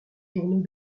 journaux